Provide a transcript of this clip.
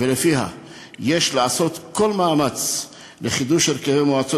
שיש לעשות כל מאמץ לחידוש הרכבי מועצות